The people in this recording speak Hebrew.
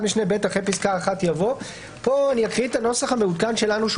בסעיף הבא אני אקרא את הנוסח המעודכן שלנו,